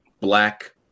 Black